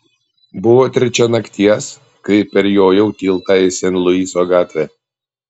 buvo trečia nakties kai perjojau tiltą į sen luiso gatvę